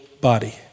body